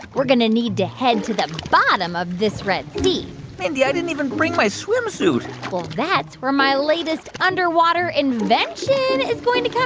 like we're going to need to head to the bottom of this red sea and mindy, i didn't even bring my swimsuit well, that's where my latest underwater invention is going to come